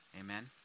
Amen